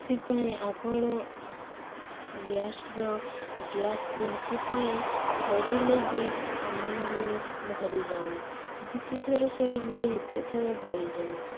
ସେଥିପାଇଁ ଆପଣ ଗ୍ୟାସର ଗ୍ୟାସକୁ ହେଥିପାଇଁ ସରିଲେ ବି ଆମେମାନେ ଭରିଯାଉଁ ଯେତେଥର ସରିଲେ ସେତେଥର ଭରିଯାଉଁ